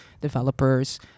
developers